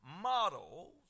Models